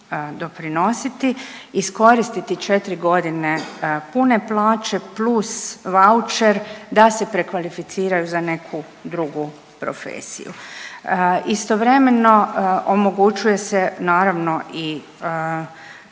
doprinositi iskoristiti 4.g. pune plaće plus vaučer da se prekvalificiraju za neku drugu profesiju. Istovremeno omogućuje se naravno i